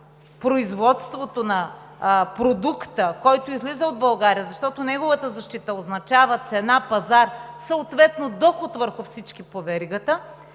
производството на продукта, който излиза от България, защото неговата защита означава цена – пазар, съответно доход върху всички по веригата,